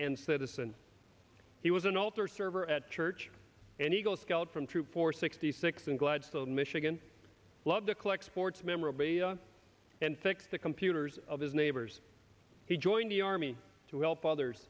and citizen he was an altar server at church and eagle scout from troop four sixty six in gladstone michigan loved to collect sports memorabilia and fix the computers of his neighbors he joined the army to help others